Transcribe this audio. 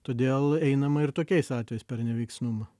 todėl einama ir tokiais atvejais per neveiksnumą